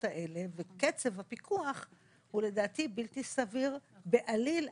האלה וקצב הפיקוח לדעתי הוא בלתי סביר בעליל.